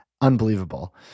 unbelievable